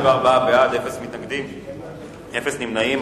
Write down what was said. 24 בעד, אפס מתנגדים, אפס נמנעים.